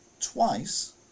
twice